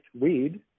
weed